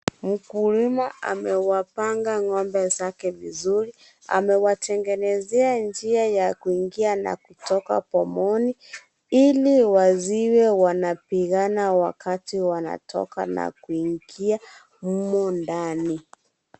Mkulima amewapanga ng'ombe zake vizuri . Amewatengenezea njia ya kuingia na kutoka pomoni Ili wasiwe wanapigana wakati wanatoka na kuingia humo ndani.